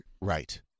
Right